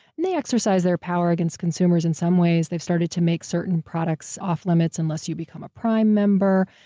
they exercise their power against consumers in some ways. they've started to make certain products off limits unless you become a prime member,